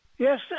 Yes